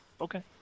Okay